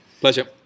Pleasure